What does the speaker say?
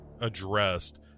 addressed